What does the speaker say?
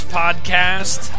podcast